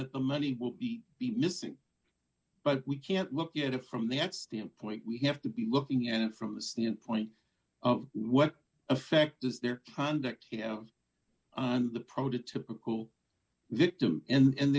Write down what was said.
that the money will be be missing but we can't look at it from that standpoint we have to be looking at it from the standpoint of what effect is there conduct you know on the prototypical victim and